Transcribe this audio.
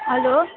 hello